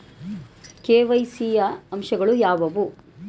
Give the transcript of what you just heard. KYC ಯ ಅಂಶಗಳು ಯಾವುವು?